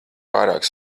pārāk